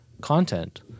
content